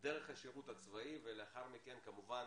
דרך השירות הצבאי ולאחר מכן כמובן